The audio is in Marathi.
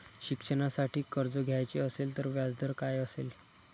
शिक्षणासाठी कर्ज घ्यायचे असेल तर व्याजदर काय असेल?